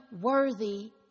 worthy